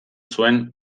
zuen